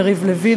יריב לוין,